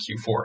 Q4